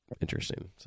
interesting